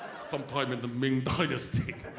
sometime in the ming dynasty.